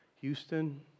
Houston